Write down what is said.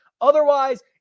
Otherwise